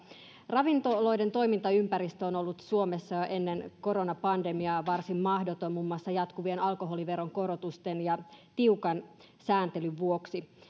ravintoloiden toimintaympäristö on ollut suomessa jo ennen koronapandemiaa varsin mahdoton muun muassa jatkuvien alkoholiveron korotusten ja tiukan sääntelyn vuoksi